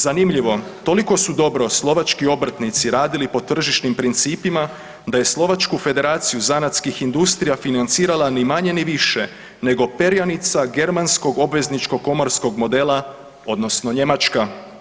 Zanimljivo, toliko su dobro slovački obrtnici radili po tržišnim principima da je Slovačku federaciju zanatskih industrija financirala ni manje ni više nego perjanica germanskog obvezničkog komorskog modela odnosno Njemačka.